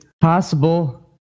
possible